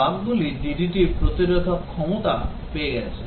বাগগুলি ডিডিটির প্রতিরোধ ক্ষমতা পেয়েছে